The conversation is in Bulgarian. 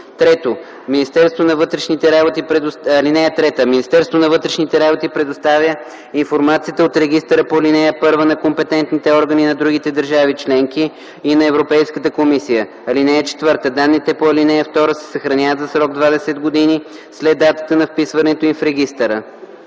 (3) Министерството на вътрешните работи предоставя информацията от регистъра по ал. 1 на компетентните органи на другите държави членки и на Европейската комисия. (4) Данните по ал. 2 се съхраняват за срок 20 години след датата на вписването им в регистъра.”